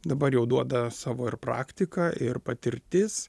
dabar jau duoda savo ir praktika ir patirtis